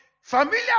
familiar